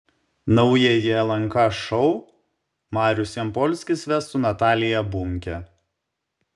naująjį lnk šou marius jampolskis ves su natalija bunke